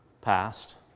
passed